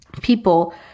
people